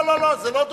לא, לא, זה לא דוח-שיח.